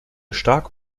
stark